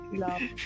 love